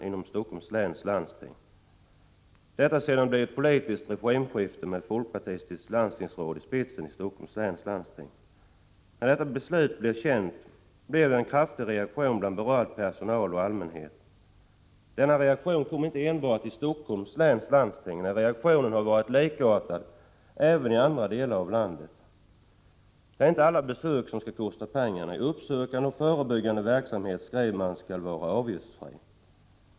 Detta beslut har fattats efter ett politiskt maktskifte i Helsingforss läns landsting, där ett folkpartistiskt landstingsråd står i spetsen för den nya regimen. När detta beslut blev känt uppstod en kraftig reaktion bland berörd personal och allmänhet. Denna reaktion kom inte enbart inom Helsingforss läns landsting, utan reaktionen har varit likartad även i andra delar av landet. Inte alla besök skall kosta pengar, säger man, utan uppsökande och förebyggande verksamhet skall vara avgiftsfri.